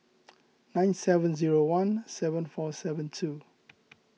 nine seven zero one seven four seven two